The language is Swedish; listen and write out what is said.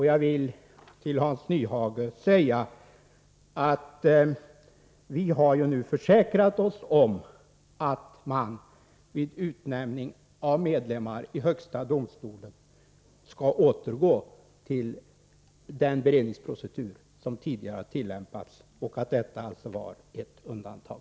Jag vill till Hans Nyhage säga att vi nu har försäkrat oss om att man vid utnämning av medlemmar i högsta domstolen skall återgå till den beredningsprocedur som tidigare har tillämpats och att detta fall var ett undantag.